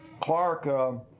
Clark